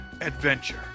adventure